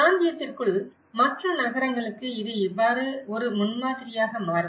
பிராந்தியத்திற்குள் மற்ற நகரங்களுக்கு இது இவ்வாறு ஒரு முன்மாதிரியாக மாறும்